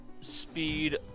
speed